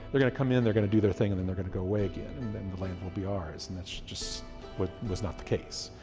they're going to come in, they're going to do their thing, and then they're going to go away again, and then the land will be ours. and it's just what was not the case.